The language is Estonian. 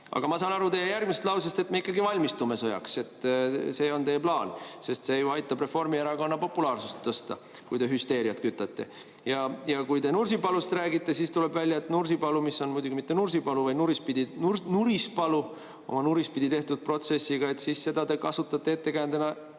Aga ma saan aru teie järgmisest lausest, et me ikkagi valmistume sõjaks, et see on teie plaan, sest see ju aitab Reformierakonna populaarsust tõsta, kui te hüsteeriat kütate. Ja kui te Nursipalust räägite, siis tuleb välja, et Nursipalu – mis on muidugi mitte Nursipalu, vaid Nurispalu, sest see on nurispidi tehtud protsessiga – te kasutate ettekäändena